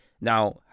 Now